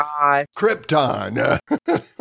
Krypton